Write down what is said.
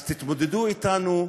אז תתמודדו אתנו,